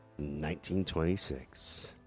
1926